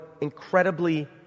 incredibly